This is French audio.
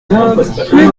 rue